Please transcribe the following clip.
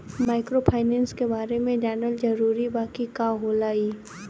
Microfinance के बारे में जानल जरूरी बा की का होला ई?